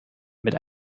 mit